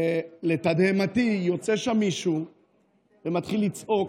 ולתדהמתי יוצא שם מישהו ומתחיל לצעוק,